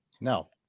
No